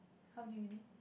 how many minute